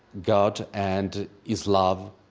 god and his love,